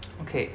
okay